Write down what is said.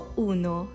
uno